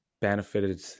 benefited